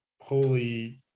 Holy